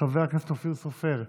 חבר הכנסת אופיר סופר,